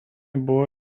buvo